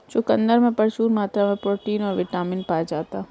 चुकंदर में प्रचूर मात्रा में प्रोटीन और बिटामिन पाया जाता ही